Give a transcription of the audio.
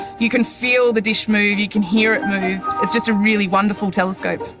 you can feel the dish move, you can hear it move. it's just a really wonderful telescope.